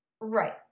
Right